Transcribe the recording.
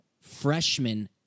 freshman